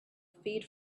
feed